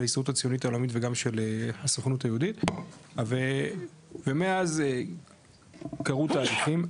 ההסתדרות הציונית העולמית וגם של הסוכנות היהודית ומאז קרו תהליכים.